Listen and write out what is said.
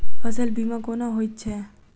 फसल बीमा कोना होइत छै?